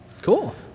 Cool